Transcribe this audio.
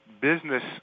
business